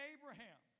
Abraham